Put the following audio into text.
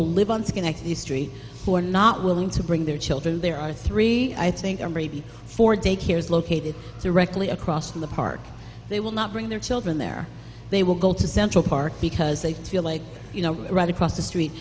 who live on schenectady street who are not willing to bring their children there are three i think are great for daycare is located directly across from the park they will not bring their children there they will go to central park because they feel like you know right across the street